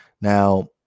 Now